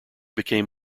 became